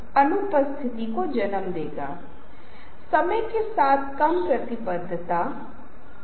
कुछ बुनियादी दिशानिर्देश बहुत सारे रंगों का उपयोग नहीं करते हैं